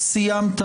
קריאה ראשונה.